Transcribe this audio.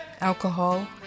alcohol